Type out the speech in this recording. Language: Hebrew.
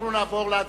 אנחנו נעבור להצבעות.